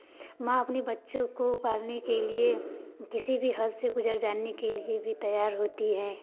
माँ अपने बच्चों को पालने के लिए किसी भी हद से गुज़र जाने के लिए भी तैयार होती है